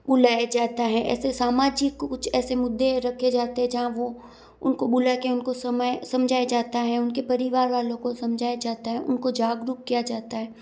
बुलाया जाता है ऐसे सामाजिक कुछ ऐसे मुद्दे रखे जाते हैं जहाँ वो उनको बुलाकर उनको समय समझाया जाता है उनके परिवार वालों को समझाया जाता है उनको जागरूक किया जाता है